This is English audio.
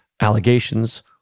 allegations